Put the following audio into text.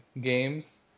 games